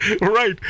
Right